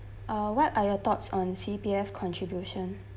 uh what are your thoughts on C_P_F contribution